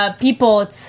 people